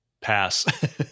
pass